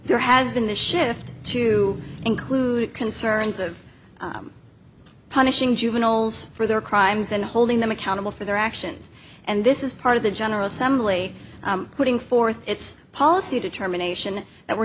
there has been the shift to include concerns of punishing juveniles for their crime and holding them accountable for their actions and this is part of the general assembly putting forth its policy determination that we're